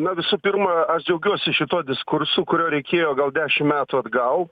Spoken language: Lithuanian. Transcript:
na visų pirma aš džiaugiuosi šituo diskursu kurio reikėjo gal dešimt metų atgal